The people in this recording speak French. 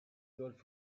golf